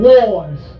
Wars